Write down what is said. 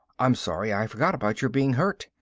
i'm sorry. i forgot about your being hurt.